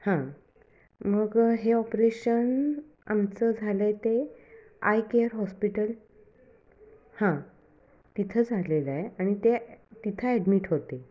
हां मग हे ऑपरेशन आमचं झालं आहे ते आय केअर हॉस्पिटल हां तिथं झालेलं आहे आणि ते तिथं ॲडमिट होते